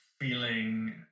feeling